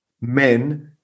men